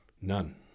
None